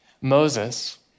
Moses